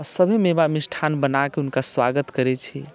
आ सभी मेवा मिष्ठान बना कऽ हुनकर स्वागत करैत छी